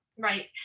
right.